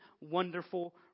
wonderful